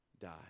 die